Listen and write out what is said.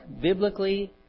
biblically